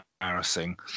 embarrassing